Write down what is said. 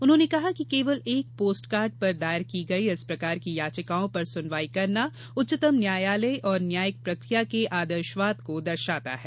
उन्होंने कहा कि केवल एक पोस्टकार्ड पर दायर की गयी इस प्रकार की याचिकाओं पर सुनवाई करना उच्चतम न्यायालय और न्यायिक प्रक्रिया के आदर्शवाद को दर्शाता है